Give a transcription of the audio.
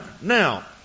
now